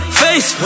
face